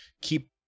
keep